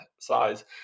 size